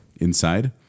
Inside